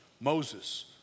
Moses